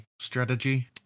strategy